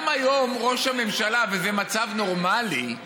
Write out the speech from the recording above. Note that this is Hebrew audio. גם היום ראש הממשלה, וזה מצב נורמלי,